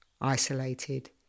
isolated